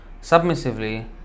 submissively